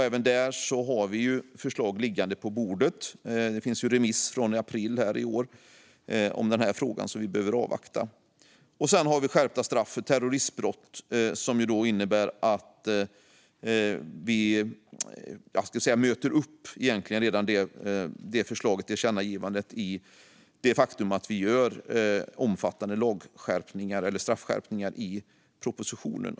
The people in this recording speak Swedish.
Även där har vi förslag som ligger på bordet. Det finns remiss i frågan från april i år som vi behöver avvakta. När det gäller reservation 7 om skärpta straff för terroristbrott möter vi redan upp förslaget i tillkännagivandet i det faktum att propositionen och betänkandet innehåller omfattande straffskärpningar.